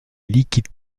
liquides